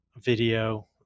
video